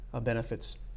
benefits